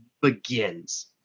begins